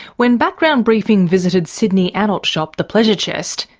when background briefing visited sydney adult shop the pleasure chest,